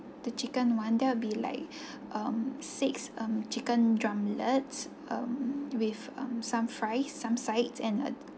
the chicken one there will be like um six um chicken drumlettes um with um some fries some sides and a